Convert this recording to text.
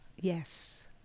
yes